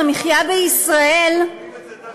אנחנו כבר שנים סובלים את זה תחת ממשלת נתניהו,